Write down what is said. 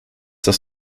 das